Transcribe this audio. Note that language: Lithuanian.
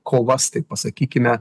kovas taip pasakykime